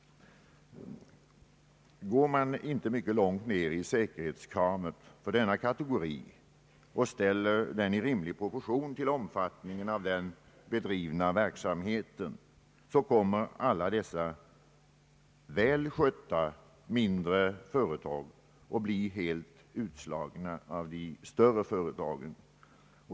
Går man inte mycket långt ner i säkerhetskravet för denna kategori och ställer säkerheten i rimlig proportion till omfattningen av den bedrivna verksamheten, så kommer alla dessa väl skötta mindre företag att bli helt utslagna av de större företagen.